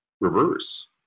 reverse